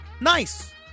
Nice